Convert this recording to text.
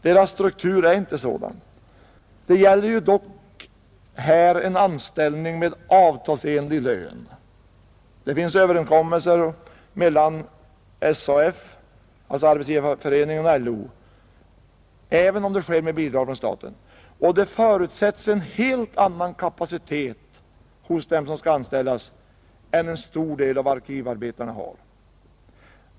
Deras struktur är inte sådan, Det gäller dock här en anställning med avtalsenlig lön — det finns överenskommelser mellan SAF och LO — även om det lämnas bidrag från staten, och det förutsätts en helt annan kapacitet hos dem som skall anställas än en stor del av arkivarbetarna har.